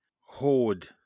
hoard